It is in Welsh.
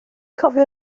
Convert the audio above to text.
cofio